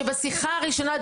שבשיחה הראשונה,